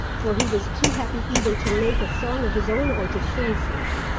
for he was too happy either to make a song of his own or to sing sense.